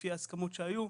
לפי ההסכמות שהיו.